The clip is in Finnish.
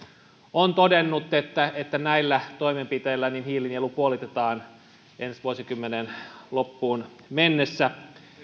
on todennut että että näillä toimenpiteillä hiilinielu puolitetaan ensi vuosikymmenen loppuun mennessä